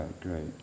Great